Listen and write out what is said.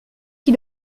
qui